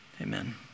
Amen